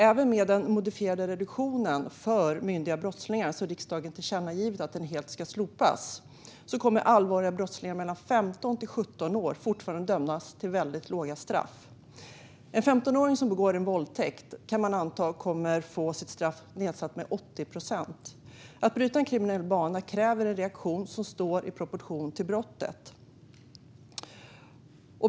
Även med den modifierade reduktionen för myndiga brottslingar - som riksdagen i ett tillkännagivande vill ska slopas helt - kommer brottslingar mellan 15 och 17 år som har begått allvarliga brott fortfarande att dömas till väldigt låga straff. En 15-åring som begår en våldtäkt kan man anta kommer att få sitt straff nedsatt med 80 procent. Om man ska kunna bryta en kriminell bana krävs en reaktion som står i relation till brottet.